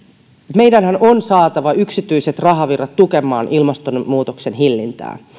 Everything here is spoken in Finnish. meidänhän on saatava yksityiset rahavirrat tukemaan ilmastonmuutoksen hillintää